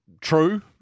True